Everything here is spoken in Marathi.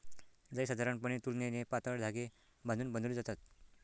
जाळी साधारणपणे तुलनेने पातळ धागे बांधून बनवली जातात